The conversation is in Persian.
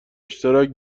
اشتراک